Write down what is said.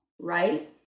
right